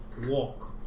walk